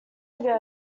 ago